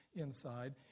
inside